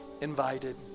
invited